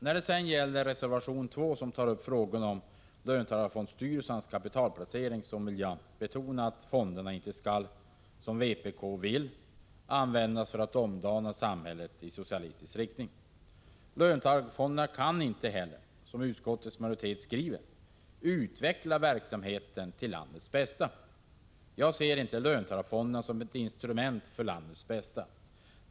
När det sedan gäller reservation 2 om löntagarfondstyrelsernas kapitalplaceringar vill jag betona att fonderna inte, som vpk vill, skall användas för att omdana samhället i socialistisk riktning. Löntagarfonderna kan inte heller, som utskottets majoritet skriver, utveckla verksamheten till landets bästa. Jag ser inte löntagarfonderna som ett instrument som är till landets bästa.